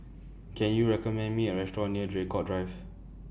Can YOU recommend Me A Restaurant near Draycott Drive